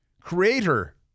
creator